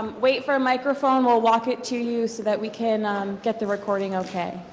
wait for a microphone. we'll walk it to you so that we can um get the recording. ok.